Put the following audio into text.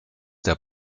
der